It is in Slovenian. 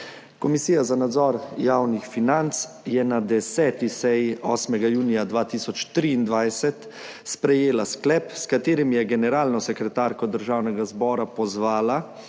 Komisija za nadzor javnih financ je na 10. seji 8. junija 2023 sprejela sklep, s katerim je generalno sekretarko Državnega zbora pozvala,